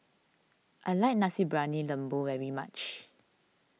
I like Nasi Briyani Lembu very much